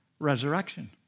resurrection